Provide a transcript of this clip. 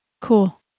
Cool